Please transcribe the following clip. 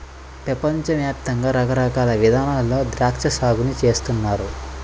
పెపంచ యాప్తంగా రకరకాల ఇదానాల్లో ద్రాక్షా సాగుని చేస్తున్నారు